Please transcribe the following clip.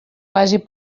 vagi